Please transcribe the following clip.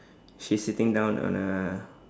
she's sitting down on a